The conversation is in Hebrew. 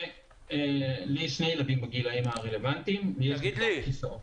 יש לי שני ילדים בגילים הרלוונטיים --- מכובדי,